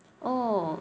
oh